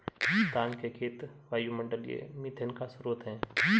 धान के खेत वायुमंडलीय मीथेन का स्रोत हैं